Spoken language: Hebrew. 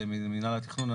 12,